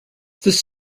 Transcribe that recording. this